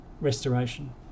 restoration